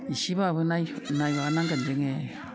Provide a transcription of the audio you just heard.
इसेबाबो नायबावनांगोन जोङो